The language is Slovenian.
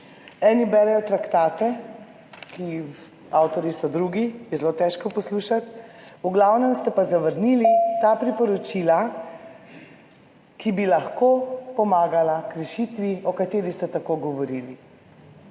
Eni berejo traktate, avtorji so drugi, je zelo težko poslušati. V glavnem ste pa zavrnili ta priporočila, ki bi lahko pomagala k rešitvi, o kateri ste tako govorili.